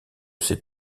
ses